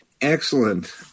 excellent